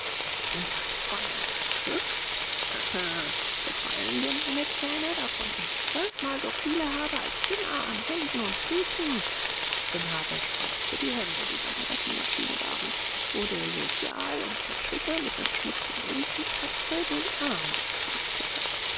sind da zweihundert stück haha gefallen dir meine zähne davon ich zwölfmal so viele habe als finger an händen und füßen sanhabe spreizte die hände die seine rechenmaschine waren wurde jovial und tätschelte mit seiner schmutzigen riesentatze den arm des pfadfinders